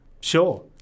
Sure